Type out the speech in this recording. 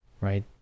right